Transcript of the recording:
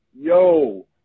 Yo